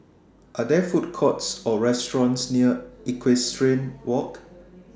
Are There Food Courts Or restaurants near Equestrian Walk